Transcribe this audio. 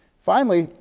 finally,